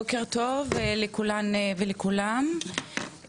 בוקר טוב לכולן ולכולם,